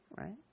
right